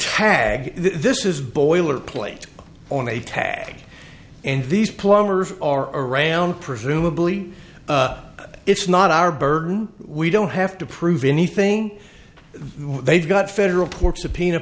tag this is boilerplate on a tag and these plumbers are around presumably it's not our burden we don't have to prove anything they've got federal pork subpoena